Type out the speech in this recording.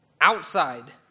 outside